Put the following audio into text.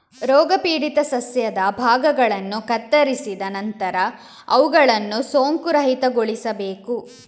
ರೋಗಪೀಡಿತ ಸಸ್ಯದ ಭಾಗಗಳನ್ನು ಕತ್ತರಿಸಿದ ನಂತರ ಅವುಗಳನ್ನು ಸೋಂಕುರಹಿತಗೊಳಿಸಬೇಕು